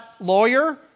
lawyer